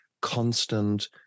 constant